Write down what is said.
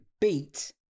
beat